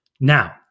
Now